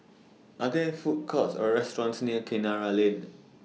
Are There Food Courts Or restaurants near Kinara Lane